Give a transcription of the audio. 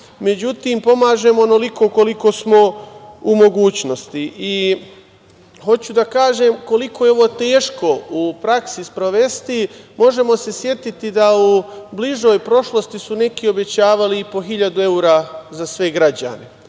Međutim, pomažemo onoliko koliko smo u mogućnosti i hoću da kažem koliko je ovo teško u praksi sprovesti, možemo se setiti da u bližoj prošlosti su neki obećavali i po hiljadu evra za sve građane,